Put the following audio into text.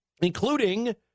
including